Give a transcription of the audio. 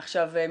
מבחינתכם,